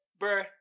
bruh